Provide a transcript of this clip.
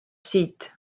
siit